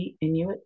Inuit